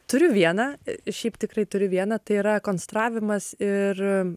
turiu vieną šiaip tikrai turiu vieną tai yra konstravimas ir